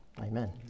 Amen